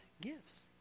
gifts